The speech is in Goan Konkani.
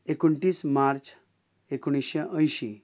एकोणतीस मार्च एकुणिश्शे अंयशीं